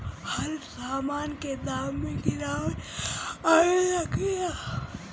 हर सामन के दाम मे गीरावट आवेला कि न?